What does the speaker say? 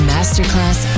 Masterclass